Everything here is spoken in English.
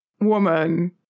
woman